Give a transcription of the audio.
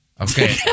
Okay